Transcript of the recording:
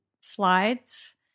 slides